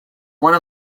one